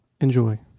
enjoy